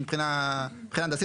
מבחינת בסיס.